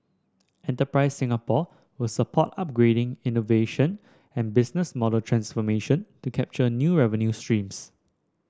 enterprise Singapore will support upgrading innovation and business model transformation to capture new revenue streams